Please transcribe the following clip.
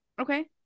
Okay